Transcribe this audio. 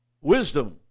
wisdom